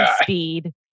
speed